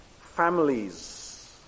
Families